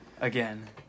Again